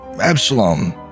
Absalom